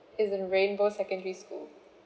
it's in rainbow secondary school